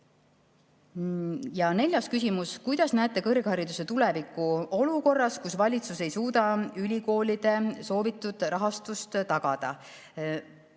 Neljas küsimus: "Kuidas näete kõrghariduse tulevikku olukorras, kus valitsus ei suuda ülikoolide soovitud rahastust tagada?"